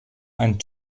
ein